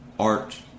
art